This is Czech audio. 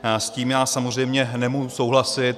S tím já samozřejmě nemůžu souhlasit.